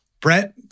Brett